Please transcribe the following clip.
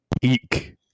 peak